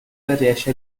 riesce